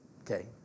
okay